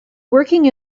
working